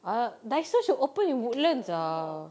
ah Daiso should open in woodlands ah